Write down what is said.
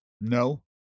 no